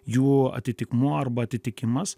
jų atitikmuo arba atitikimas